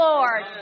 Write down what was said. Lord